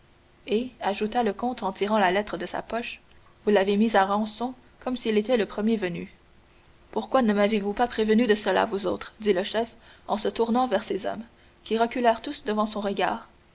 et ajouta le comte en tirant la lettre de sa poche vous l'avez mis à rançon comme s'il était le premier venu pourquoi ne m'avez-vous pas prévenu de cela vous autres dit le chef en se tournant vers ses hommes qui reculèrent tous devant son regard